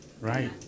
right